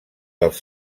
dels